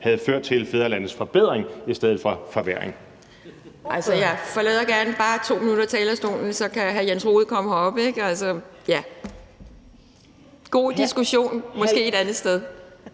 havde ført til fædrelandets forbedring i stedet for forværring.